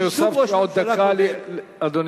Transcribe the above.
אני הוספתי עוד דקה לאדוני.